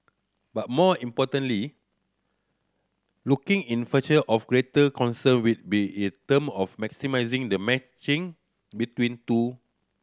but more importantly looking in future of greater concern will be in term of maximising the matching between two